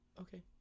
Okay